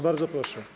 Bardzo proszę.